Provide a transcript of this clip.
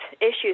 issues